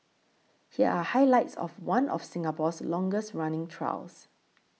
here are highlights of one of Singapore's longest running trials